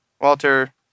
Walter